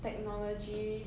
technology